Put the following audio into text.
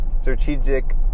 strategic